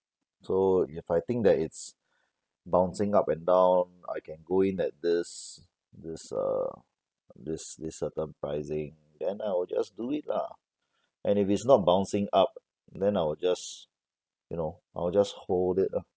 so if I think that it's bouncing up and down I can go in at this this uh this this certain pricing then I will just do it lah and if it's not bouncing up then I will just you know I will just hold it lor